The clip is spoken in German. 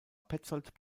petzold